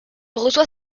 reçoit